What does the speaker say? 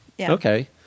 Okay